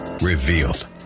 Revealed